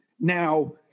Now